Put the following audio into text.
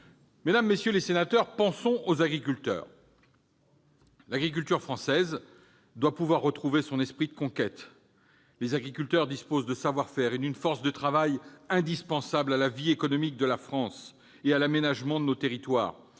de l'alimentation. Pensons aux agriculteurs. L'agriculture française doit pouvoir retrouver son esprit de conquête. Les agriculteurs disposent d'un savoir-faire et d'une force de travail indispensables à la vie économique de la France et à l'aménagement de nos territoires.